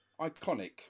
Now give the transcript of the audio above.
Iconic